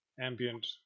ambient